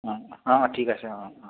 অ অঁ ঠিক আছে অঁ অঁ